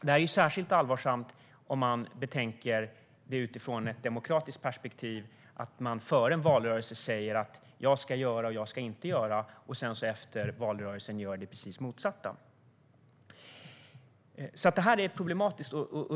Det är särskilt allvarligt ur ett demokratiskt perspektiv om man före en valrörelse säger vad man ska och inte ska göra och sedan efter valrörelsen gör det rakt motsatta. Det är problematiskt.